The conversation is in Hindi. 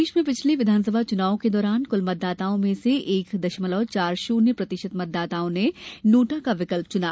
प्रदेश में पिछले विधानसभा चुनावों के दौरान कुल मतदाताओं में से एक दशमलव चार शून्य प्रतिशत मतदाताओं ने नोटा का विकल्प चुना